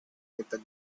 with